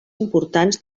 importants